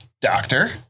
doctor